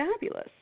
fabulous